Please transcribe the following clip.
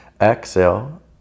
exhale